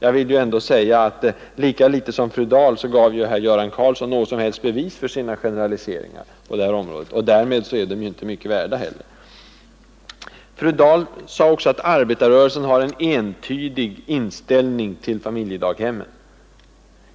Men herr Karlsson gav lika litet som fru Dahl något som helst bevis för sina generaliseringar, och därmed är de inte heller mycket värda. Fru Dahl sade också att arbetarrörelsen har en entydig inställning till familjedaghemmen.